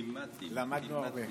חברי הכנסת.